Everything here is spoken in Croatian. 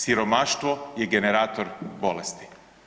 Siromaštvo je generator bolesti.